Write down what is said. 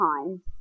time